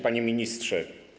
Panie Ministrze!